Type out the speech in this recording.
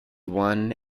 won